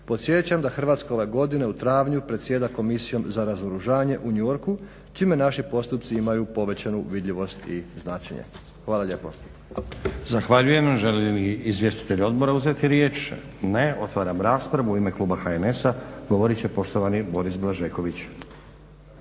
podsjećam da Hrvatska ove godine u travnju predsjeda Komisijom za razoružanje u New Yorku čime naši postupci imaju povećanu vidljivost i značenje. Hvala lijepo. **Stazić, Nenad (SDP)** Zahvaljujem. Žele li izvjestitelji odbora uzeti riječ? Ne. Otvaram raspravu. U ime kluba HNS-a govorit će poštovani Boris Blažeković.